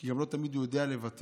כי הוא לא תמיד יודע גם לבטא.